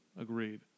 Agreed